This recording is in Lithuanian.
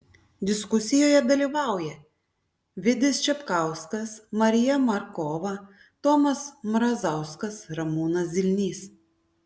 diskusijoje dalyvauja vidis čepkauskas marija markova tomas mrazauskas ramūnas zilnys